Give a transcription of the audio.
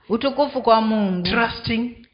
Trusting